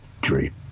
dream